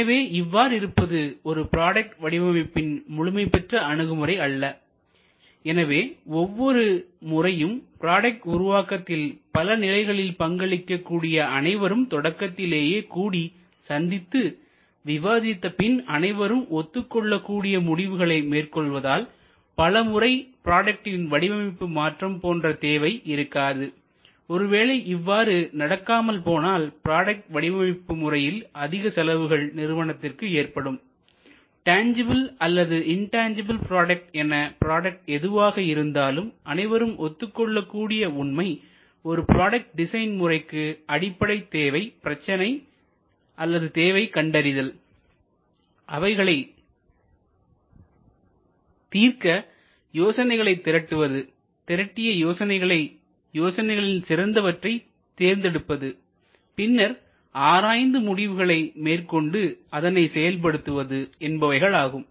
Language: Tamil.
எனவே இவ்வாறு இருப்பது ஒரு ப்ராடக்ட் வடிவமைப்பின் முழுமைபெற்ற அணுகுமுறை அல்ல எனவே ஒவ்வொரு முறையும் ப்ராடக்ட் உருவாக்கத்தில் பல நிலைகளில் பங்களிக்க கூடிய அனைவரும் தொடக்கத்திலேயே கூடி சந்தித்து விவாதித்து பின் அனைவரும் ஒத்துக் கொள்ளக் கூடிய முடிவுகளை மேற்கொள்வதால் பலமுறை ப்ராடக்ட்டின் வடிவமைப்பு மாற்றம் போன்ற தேவை இருக்காது ஒருவேளை இவ்வாறு நடக்காமல் போனால் ப்ராடக்ட் வடிவமைப்பு முறையில் அதிக செலவுகள் நிறுவனத்திற்கு ஏற்படும் டன்ஜிபில் அல்லது இன்டன்ஜிபில் ப்ராடக்ட் என ப்ராடக்ட் எதுவாக இருந்தாலும் அனைவரும் ஒத்துக் கொள்ளக்கூடிய உண்மை ஒரு ப்ராடக்ட் டிசைன் முறைக்கு அடிப்படைத் தேவை பிரச்சனைதேவை கண்டறிதல் அவைகளை தீர்க்க யோசனைகளை திரட்டுவது திரட்டிய யோசனைகளில் சிறந்தவற்றை தேர்ந்து எடுப்பது பின்னர் ஆராய்ந்து முடிவுகளை மேற்கொண்டு அதனை செயல்முறைப்படுத்துவது என்பவைகளாகும்